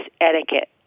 etiquette